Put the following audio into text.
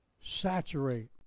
saturate